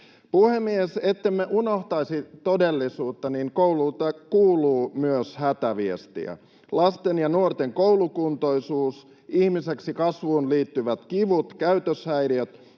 Puhemies! Ettemme unohtaisi todellisuutta, niin kouluilta kuuluu myös hätäviestiä. Lasten ja nuorten koulukuntoisuus, ihmiseksi kasvuun liittyvät kivut, käytöshäiriöt